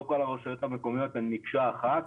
לא כל הרשויות המקומיות הן מקשה אחת.